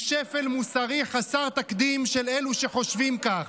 היא שפל מוסרי חסר תקדים של אלו שחושבים כך.